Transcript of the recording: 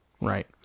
Right